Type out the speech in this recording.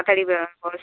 তাড়াতাড়ি